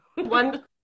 One